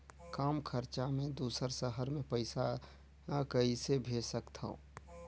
कम खरचा मे दुसर शहर मे पईसा कइसे भेज सकथव?